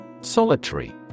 Solitary